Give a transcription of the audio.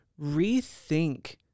rethink